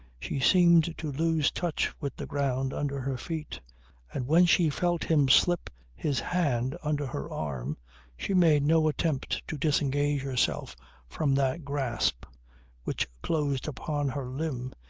she seemed to lose touch with the ground under her feet and when she felt him slip his hand under her arm she made no attempt to disengage herself from that grasp which closed upon her limb,